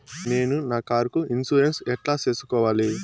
నేను నా కారుకు ఇన్సూరెన్సు ఎట్లా సేసుకోవాలి